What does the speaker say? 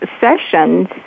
sessions